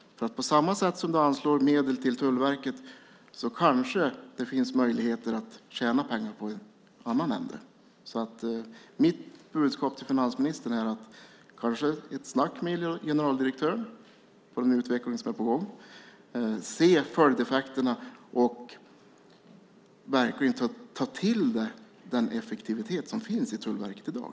På samma sätt som han anslår medel till Tullverket kanske det finns möjligheter att tjäna pengar i en annan ände. Mitt budskap till finansministern är att kanske ta ett snack med generaldirektören om den utveckling som är på gång, att se följdeffekterna och verkligen ta till sig den effektivitet som finns i Tullverket i dag.